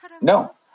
No